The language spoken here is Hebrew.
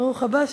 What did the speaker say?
ברוך הבא.